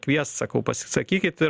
kviest sakau pasisakykit ir